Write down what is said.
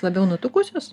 labiau nutukusios